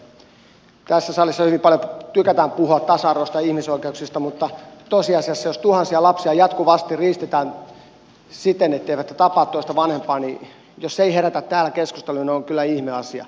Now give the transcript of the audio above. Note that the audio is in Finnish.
tässä salissa hyvin paljon tykätään puhua tasa arvosta ja ihmisoikeuksista mutta tosiasiassa jos tuhansia lapsia jatkuvasti riistetään siten etteivät he tapaa toista vanhempaa jos se ei herätä täällä keskusteluja niin on kyllä ihme asia